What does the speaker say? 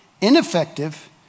ineffective